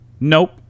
Nope